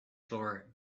floor